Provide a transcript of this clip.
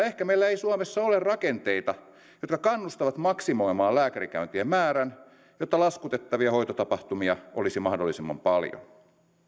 ehkä meillä ei suomessa ole ole rakenteita jotka kannustavat maksimoimaan lääkärikäyntien määrän jotta laskutettavia hoitotapahtumia olisi mahdollisimman paljon